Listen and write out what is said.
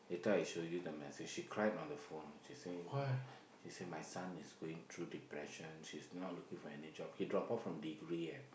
later I show you the message she cried on the phone she say she say my son is going through depression she's not looking for any job he dropped out from degree eh